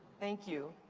thank you.